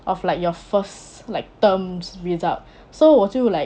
of like your first like term's result so what 我就 like